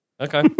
okay